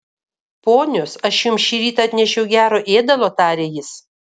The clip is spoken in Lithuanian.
ponios aš jums šįryt atnešiau gero ėdalo tarė jis